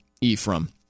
Ephraim